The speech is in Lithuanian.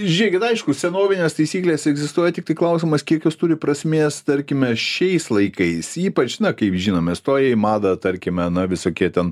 žiūrėkit aišku senovinės taisyklės egzistuoja tiktai klausimas kiek jos turi prasmės tarkime šiais laikais ypač na kaip žinome stoja į madą tarkime na visokie ten